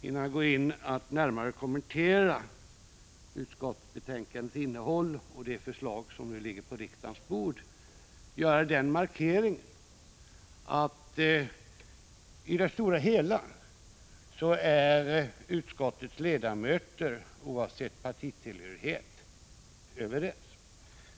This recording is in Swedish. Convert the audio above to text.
Innan jag går in på att närmare kommentera utskotts betänkandets innehåll och de förslag som nu ligger på riksdagens bord, vill jag göra den markeringen att i det stora hela är utskottets ledamöter, oavsett partitillhörighet, överens.